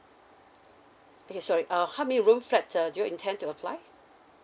okay sorry err how many room flats uh do you intend to apply